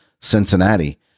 Cincinnati